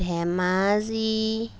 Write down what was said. Dhemaji